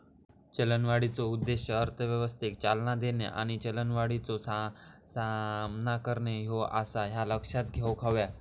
चलनवाढीचो उद्देश अर्थव्यवस्थेक चालना देणे आणि चलनवाढीचो सामना करणे ह्यो आसा, ह्या लक्षात घेऊक हव्या